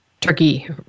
turkey